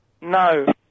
No